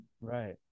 right